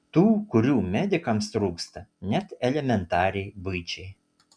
tų kurių medikams trūksta net elementariai buičiai